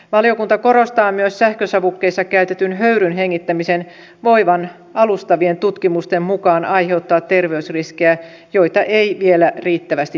valiokunta korostaa myös sähkösavukkeessa käytetyn höyryn hengittämisen voivan alustavien tutkimusten mukaan aiheuttaa terveysriskejä joita ei vielä riittävästi tunneta